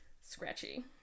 Scratchy